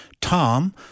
Tom